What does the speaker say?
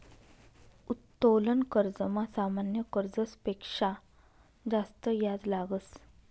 उत्तोलन कर्जमा सामान्य कर्जस पेक्शा जास्त याज लागस